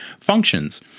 functions